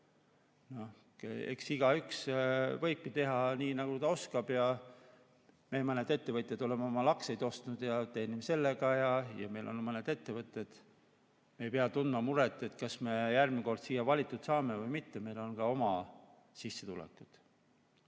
Eks igaüks võibki teha nii, nagu oskab. Meie, mõned ettevõtjad oleme omale aktsiaid ostnud ja teenime sellega ning meil on mõned ettevõtted. Me ei pea tundma muret, kas meid järgmine kord siia valitakse või mitte, meil on oma sissetulekud.